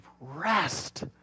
rest